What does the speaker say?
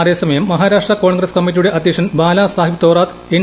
അതേസമയം മഹാരാഷ്ട്ര കോൺഗ്രസ് കമ്മിറ്റിയുടെ അധ്യക്ഷൻ ബാലാ സാഹിബ് തോറാത്ത് എൻ